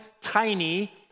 tiny